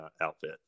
outfit